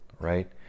right